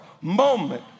moment